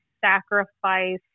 sacrifice